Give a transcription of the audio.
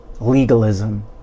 legalism